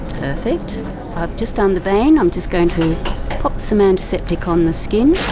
perfect just found the vein, i'm just going to pop some antiseptic on the skin.